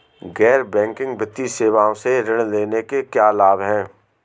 गैर बैंकिंग वित्तीय सेवाओं से ऋण लेने के क्या लाभ हैं?